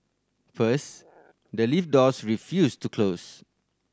first the lift doors refused to close